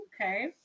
okay